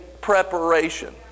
preparation